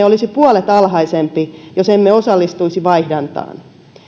olisi puolet alhaisempi jos emme osallistuisi vaihdantaan